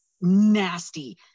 nasty